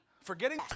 forgetting